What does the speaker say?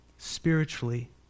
spiritually